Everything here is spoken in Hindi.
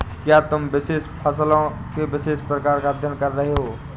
क्या तुम विशेष फसल के विशेष प्रकार का अध्ययन कर रहे हो?